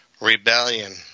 rebellion